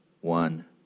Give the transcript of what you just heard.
one